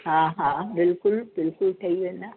हा हा बिल्कुलु बिल्कुलु ठही वेंदा